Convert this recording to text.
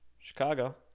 chicago